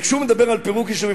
וכשהוא מדבר על פירוק יישובים,